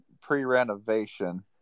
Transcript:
pre-renovation